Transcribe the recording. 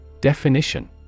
Definition